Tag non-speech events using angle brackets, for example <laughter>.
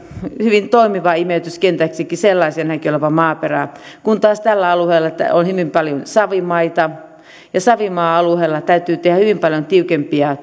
hyvin imeytyskentäksikin sellaisenaankin toimiva maaperä kun taas tällä alueella on hyvin paljon savimaita ja savimaa alueella täytyy tehdä hyvin paljon tiukempia <unintelligible>